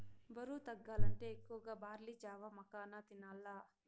బరువు తగ్గాలంటే ఎక్కువగా బార్లీ జావ, మకాన తినాల్ల